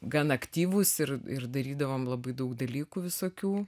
gana aktyvūs ir ir darydavom labai daug dalykų visokių